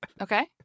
Okay